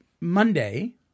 Monday